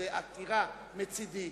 זאת עתירה מצדי.